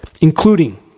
including